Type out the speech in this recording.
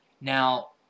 now